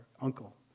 uncle